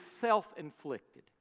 self-inflicted